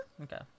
Okay